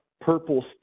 purple